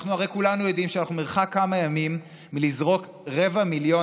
הרי כולנו יודעים שאנחנו במרחק של כמה ימים מלזרוק רבע מיליון